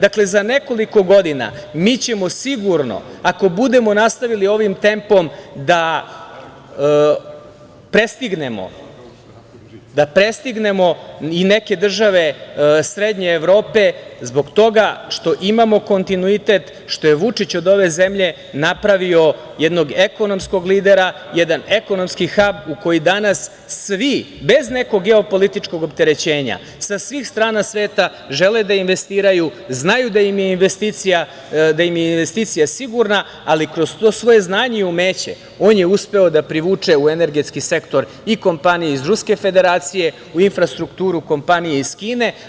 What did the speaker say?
Dakle, za nekoliko godina mi ćemo sigurno, ako budemo nastavili ovim tempom, da prestignemo i neke države srednje Evrope zbog toga što imamo kontinuitet, što je Vučić od ove zemlje napravio jednog ekonomskog lidera, jedan ekonomski hab u koji danas svi, bez nekog geopolitičkog opterećenja, sa svih strana sveta, žele da investiraju, znaju da im je investicija sigurna, ali kroz to svoje znanje i umeće, on je uspeo da privuče u energetski sektor i kompanije iz Ruske Federacije, u infrastrukturu kompanije iz Kine.